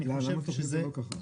אני חושב שזה --- חשבתי שזה לא ככה.